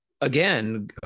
again